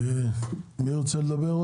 מי עוד רוצה לדבר?